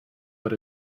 but